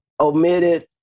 omitted